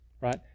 right